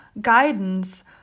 guidance